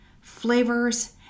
flavors